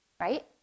Right